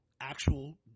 actual